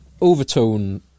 Overtone